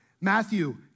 Matthew